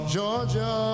Georgia